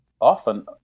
often